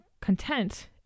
content